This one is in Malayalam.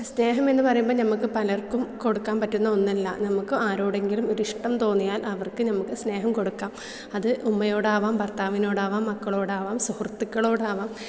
സ്നേഹം എന്ന് പറയുമ്പം നമുക്ക് പലർക്കും കൊടുക്കാൻ പറ്റുന്ന ഒന്നല്ല നമുക്ക് ആരോടെങ്കിലും ഒരിഷ്ടം തോന്നിയാൽ അവർക്ക് നമുക്ക് സ്നേഹം കൊടുക്കാം അത് ഉമ്മയോടാവാം ഭർത്താവിനോടാവാം മക്കളോടാവാം സുഹൃത്തുക്കളോടാവാം